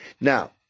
Now